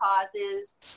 causes